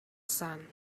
sun